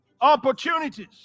opportunities